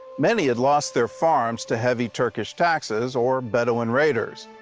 many had lost their farms to heavy turkish taxes or bedouin raiders.